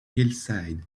hillside